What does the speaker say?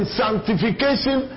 sanctification